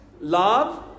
love